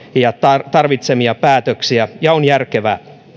ja tarvitsemia päätöksiä ja on järkevää